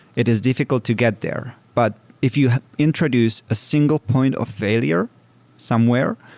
it is diffi cult to get there, but if you introduce a single point of failure somewhere,